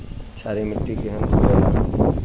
क्षारीय मिट्टी केहन होखेला?